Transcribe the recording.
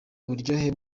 uburyohe